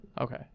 Okay